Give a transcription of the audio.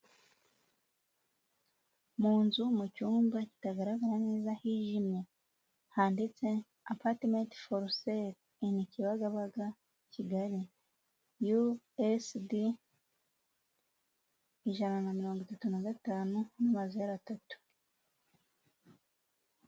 Mu nzu mu cyumba kitagaragara neza hijimye handitse apartment for sele in kibagabaga i kigali usd ijana na mirongo itatu na gatanu amazeru atatu.